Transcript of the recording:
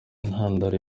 intandaro